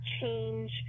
change